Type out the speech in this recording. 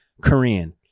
Korean